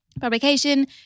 publication